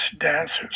dancers